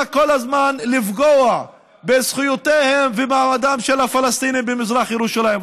כל הזמן לפגוע בזכויותיהם ובמעמדם של הפלסטינים במזרח ירושלים.